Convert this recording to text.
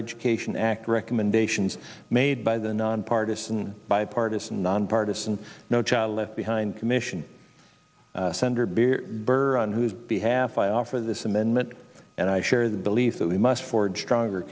education act recommendations made by the nonpartisan bipartisan nonpartisan no child left behind commission senator beer burger on whose behalf i offer this amendment and i share the belief that we must ford stronger